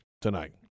tonight